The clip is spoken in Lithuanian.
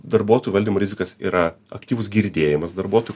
darbuotojų valdymo rizikos yra aktyvus girdėjimas darbuotojų